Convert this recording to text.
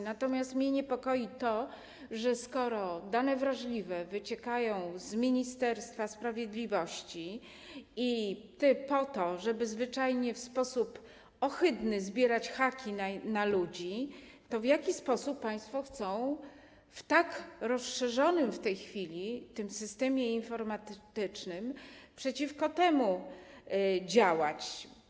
Natomiast mnie niepokoi to, że skoro dane wrażliwe wyciekają z Ministerstwa Sprawiedliwości po to, żeby zwyczajnie w sposób ohydny zbierać haki na ludzi, to w jaki sposób państwo chcą w tak rozszerzonym w tej chwili tym systemie informatycznym przeciwko temu działać?